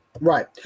right